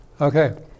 Okay